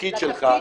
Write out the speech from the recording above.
לתפקיד שלך,